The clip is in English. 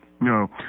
No